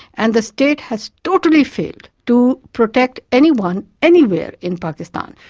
and the state has totally failed to protect anyone anywhere in pakistan.